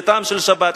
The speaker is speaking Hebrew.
לטעם של שבת,